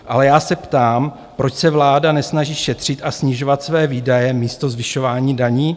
Ale já se ptám, proč se vláda nesnaží šetřit a snižovat své výdaje místo zvyšování daní?